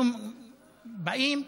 אנחנו באים,